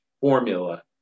formula